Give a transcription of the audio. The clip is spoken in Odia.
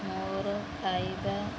ମୋର ଖାଇବା